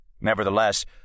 Nevertheless